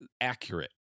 accurate